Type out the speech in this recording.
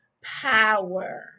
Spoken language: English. power